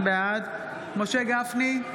בעד משה גפני,